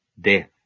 death